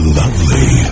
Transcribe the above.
lovely